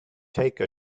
take